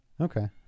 okay